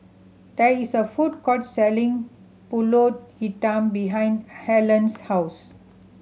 there is a food court selling Pulut Hitam behind Alleen's house